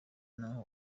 n’aho